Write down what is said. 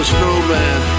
Snowman